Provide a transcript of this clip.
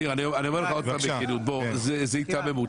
ניר, אומר לך עוד פעם בכנות, זו היתממות.